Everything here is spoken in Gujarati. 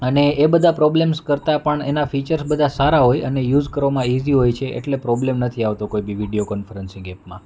અને એ બધા પ્રોબ્લેમ્સ કરતાં પણ એનાં ફીચર્સ બધા સારાં હોય અને યુઝ કરવામાં ઇઝી હોય છે એટલે પ્રોબ્લેમ નથી આવતો કોઈ બી વિડીયો કોન્ફરન્સિંગ એપમાં